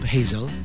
Hazel